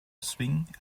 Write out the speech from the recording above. swing